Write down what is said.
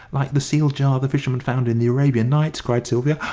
like the sealed jar the fisherman found in the arabian nights? cried sylvia.